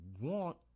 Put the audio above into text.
want